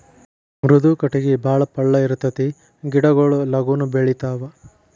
ಮೃದು ಕಟಗಿ ಬಾಳ ಪಳ್ಳ ಇರತತಿ ಗಿಡಗೊಳು ಲಗುನ ಬೆಳಿತಾವ